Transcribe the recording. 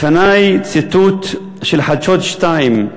לפני ציטוט של חדשות ערוץ 2: